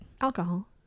Alcohol